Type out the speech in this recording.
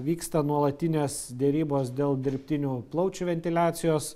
vyksta nuolatinės derybos dėl dirbtinių plaučių ventiliacijos